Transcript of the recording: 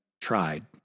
tried